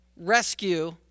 rescue